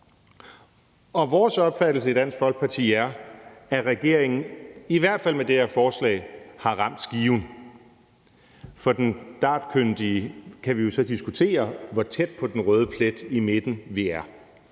Vores opfattelse i Dansk Folkeparti er, at regeringen i hvert fald med det her forslag har ramt skiven. Med den dartkyndige kan vi jo så diskutere, hvor tæt på den røde plet i midten vi er.